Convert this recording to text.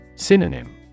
Synonym